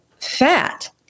fat